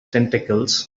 tentacles